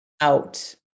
out